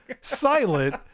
silent